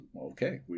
okay